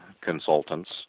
consultants